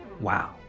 Wow